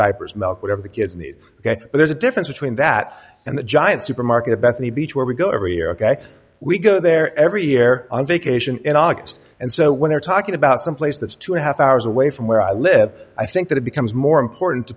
diapers milk whatever the kids need that there's a difference between that and the giant supermarket bethany beach where we go every year ok we go there every year on vacation in august and so when you're talking about someplace that's two and a half hours away from where i live i think that it becomes more important to